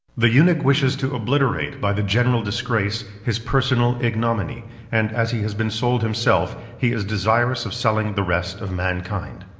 the eunuch wishes to obliterate, by the general disgrace, his personal ignominy and as he has been sold himself, he is desirous of selling the rest of mankind.